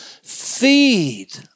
Feed